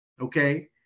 okay